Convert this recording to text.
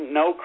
no